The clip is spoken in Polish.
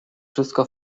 wszystko